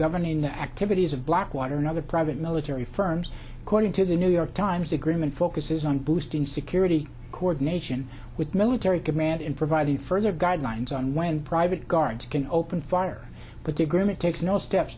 governing the activities of blackwater another private military firms according to the new york times agreement focuses on boosting security coordination with military command in providing further guidelines on when private guards can open fire but the agreement takes no steps